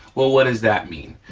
well, what does that mean?